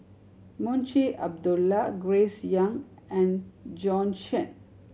Munshi Abdullah Grace Young and Bjorn Shen